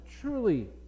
truly